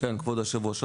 כבוד היושב-ראש,